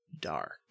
dark